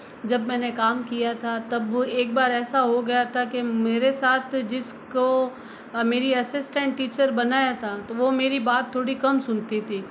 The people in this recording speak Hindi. जब मैंने काम किया था तब वो एक बार ऐसा हो गया था कि मेरे साथ जिसको मेरी एसिस्टेंट टीचर बनाया था तो वो मेरी बात थोड़ी कम सुनती थी